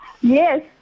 yes